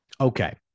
Okay